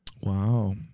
Wow